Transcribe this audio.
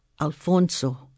Alfonso